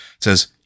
says